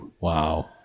Wow